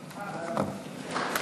עמיר.